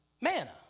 Manna